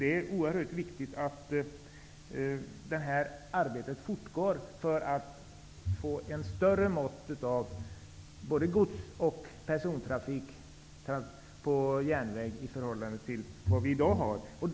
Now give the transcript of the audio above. Det är oerhört viktigt att detta arbete fortgår för att få ett större mått av både gods och persontrafik på järnväg i förhållande till vad vi har i dag.